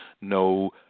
no